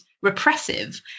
repressive